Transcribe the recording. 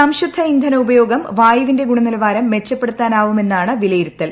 സംശുദ്ധ ഇന്ധന ഉപഭോഗം വായുവിന്റെ ഗുണനിലവാരം മെച്ചപ്പെടുത്താനാവുമെന്നാണ് വിലയിരുത്തൽ